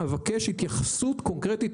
אבקש התייחסות קונקרטית.